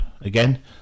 again